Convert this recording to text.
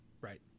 Right